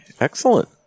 Excellent